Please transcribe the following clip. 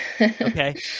Okay